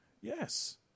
yes